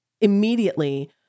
immediately